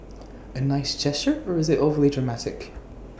A nice gesture or is IT overly dramatic